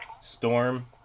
Storm